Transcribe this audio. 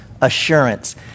Assurance